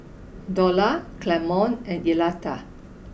Dorla Clemon and Electa